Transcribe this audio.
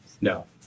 no